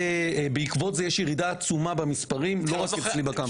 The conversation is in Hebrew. ובעקבות כך יש ירידה עצומה במספרים ולא רק בקמפוס אצלנו.